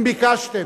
אם ביקשתם.